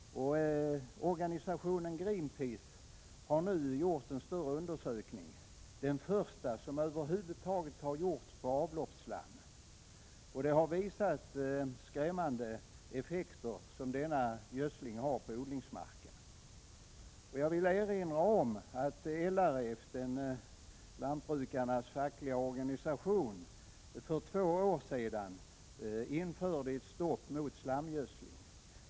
Organisationen Greenpeace har gjort en större undersökning — den första som över huvud taget har gjorts — av avloppsslam, och det har visat sig att denna gödsling har skrämmande effekter på odlingsmarken. Jag vill erinra om att LRF, lantbrukarnas fackliga organisation, för två år sedan införde ett stopp för slamgödsling.